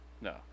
no